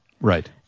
Right